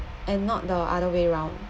and not the other way round